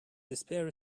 despair